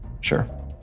sure